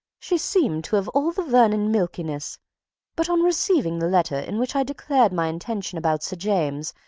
she seemed to have all the vernon milkiness but on receiving the letter in which i declared my intention about sir james,